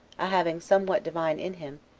a having somewhat divine in him,